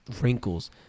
wrinkles